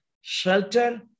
shelter